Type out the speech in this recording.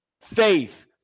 faith